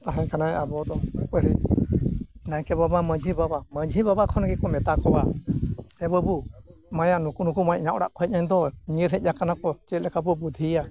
ᱛᱟᱦᱮᱸ ᱠᱟᱱᱟᱭ ᱟᱵᱚ ᱫᱚ ᱯᱟᱹᱦᱤᱞ ᱱᱟᱭᱠᱮ ᱵᱟᱵᱟ ᱢᱟᱺᱡᱷᱤ ᱵᱟᱵᱟ ᱢᱟᱺᱡᱷᱤ ᱵᱟᱵᱟ ᱠᱷᱚᱱ ᱜᱮᱠᱚ ᱢᱮᱛᱟ ᱠᱚᱣᱟ ᱮ ᱵᱟᱹᱵᱩ ᱢᱟᱭᱟ ᱱᱩᱠᱩ ᱱᱩᱠᱩ ᱢᱟ ᱤᱧᱟᱹᱜ ᱚᱲᱟᱜ ᱠᱚ ᱦᱮᱡ ᱮᱱ ᱫᱚ ᱧᱤᱨ ᱦᱮᱡ ᱠᱟᱱᱟ ᱠᱚ ᱪᱮᱫ ᱞᱮᱠᱟ ᱵᱚᱱ ᱵᱩᱫᱽᱫᱷᱤᱭᱟ